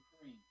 cream